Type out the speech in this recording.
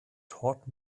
taught